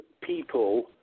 people